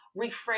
reframe